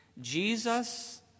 Jesus